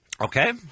Okay